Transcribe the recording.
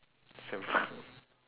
several